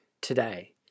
today